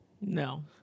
No